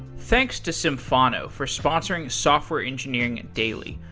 thanks to symphono for sponsoring software engineering daily.